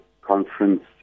conference